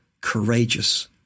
courageous